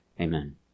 amen